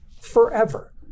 forever